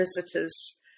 visitors